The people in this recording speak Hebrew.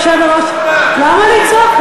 היושב-ראש, למה לצעוק?